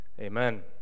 Amen